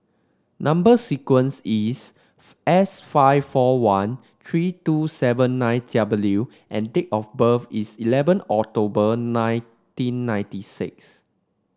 number sequence is S five four one three two seven nine W and date of birth is eleven October nineteen ninety six